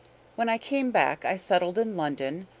when i came back i settled in london,